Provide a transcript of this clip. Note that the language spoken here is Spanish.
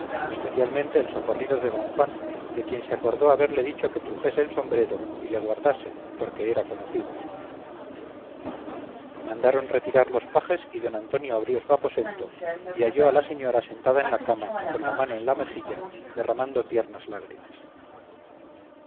especialmente el socorrido de don juan de quien se acordó haberle dicho que trujese el sombrero y le guardase porque era conocido mandaron retirar los pajes y don antonio abrió su aposento y halló a la señora sentada en la cama con la mano en la mejilla derramando tiernas lágrimas